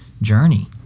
journey